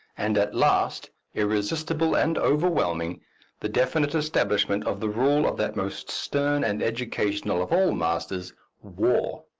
and at last irresistible and overwhelming the definite establishment of the rule of that most stern and educational of all masters war.